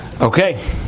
Okay